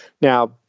Now